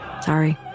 sorry